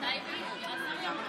יש לנו זמן להתארגן.